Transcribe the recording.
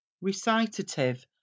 Recitative